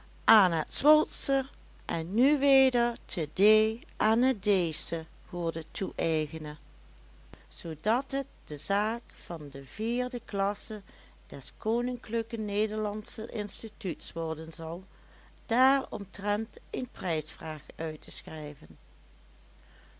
aan het zwolsche en nu weder te d aan het deesche hoorde toeëigenen zoodat het de zaak van de vierde klasse des koninklijken nederlandschen instituuts worden zal daaromtrent een prijsvraag uit te schrijven